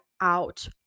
out